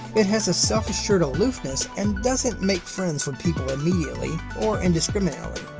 it has a self-assured aloofness and doesn't make friends with people immediately or indiscriminately.